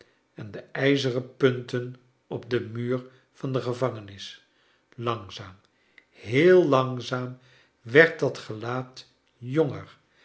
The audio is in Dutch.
en de ijzeren punten op den muur van de gevangenis langzaam heel langzaam werd dat gelaat jonger